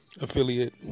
Affiliate